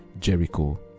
Jericho